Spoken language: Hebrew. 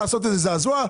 לעשות איזה זעזוע?